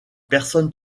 personnes